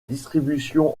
distribution